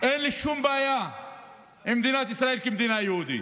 אין לי שום בעיה עם מדינת ישראל כמדינה יהודית,